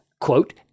quote